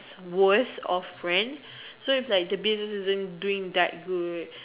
worse of friend so is like the bill isn't doing that good